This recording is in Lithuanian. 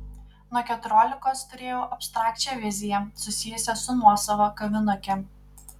nuo keturiolikos turėjau abstrakčią viziją susijusią su nuosava kavinuke